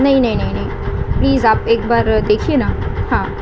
نہیں نہیں نہیں نہیں پلیز آپ ایک بار دیکھیے نا ہاں